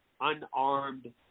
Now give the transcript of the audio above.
unarmed